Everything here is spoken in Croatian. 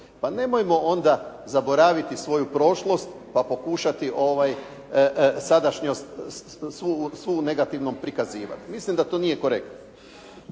pa nemojmo onda zaboraviti svoju prošlost pa pokušati sadašnjost svu negativnom prikazivati. Mislim da to nije korektno.